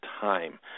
time